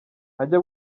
ajya